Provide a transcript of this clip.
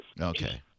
Okay